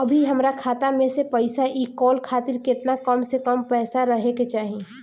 अभीहमरा खाता मे से पैसा इ कॉल खातिर केतना कम से कम पैसा रहे के चाही?